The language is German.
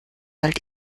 halt